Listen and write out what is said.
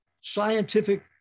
scientific